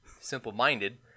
Simple-minded